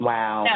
Wow